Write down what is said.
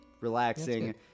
relaxing